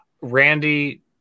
Randy